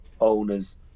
owners